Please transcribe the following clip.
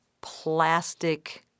plastic